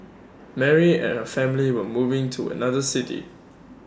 Mary and her family were moving to another city